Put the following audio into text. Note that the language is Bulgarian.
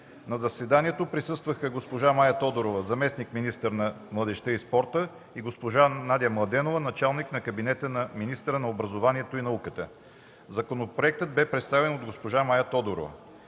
На заседанието присъстваха госпожа Мая Тодорова – зам.- министър на младежта и спорта, и госпожа Надя Младенова – началник на кабинета на министъра на образованието и науката. Законопроектът беше представен от госпожа Мая Тодорова.